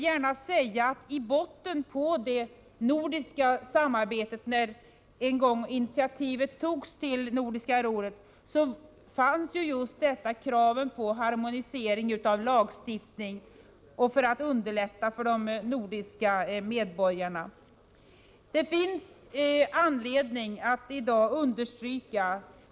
När en gång initiativet till Nordiska rådet togs låg i botten just kravet på harmonisering av lagstiftningen och en strävan att på olika sätt underlätta för de nordiska medborgarna.